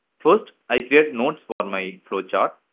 first, i create nodes for my flow chart.